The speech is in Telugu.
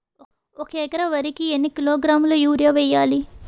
ఒక ఎకర వరి కు ఎన్ని కిలోగ్రాముల యూరియా వెయ్యాలి?